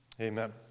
Amen